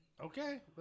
okay